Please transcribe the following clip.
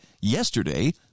yesterday